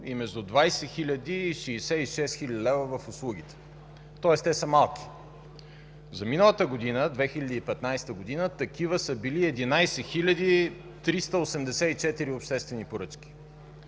и между 20 хил. и 66 хил. лв. в услугите, тоест те са малки. За миналата година – 2015 г., такива са били 11 384 обществени поръчки.